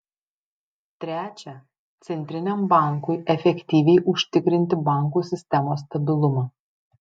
trečia centriniam bankui efektyviai užtikrinti bankų sistemos stabilumą